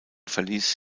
verließ